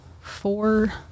four